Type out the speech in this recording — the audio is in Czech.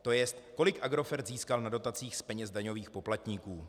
To jest, kolik Agrofert získal na dotacích z peněz daňových poplatníků?